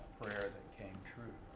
prayer that came true,